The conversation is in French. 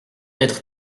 être